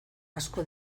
asko